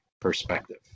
perspective